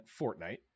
Fortnite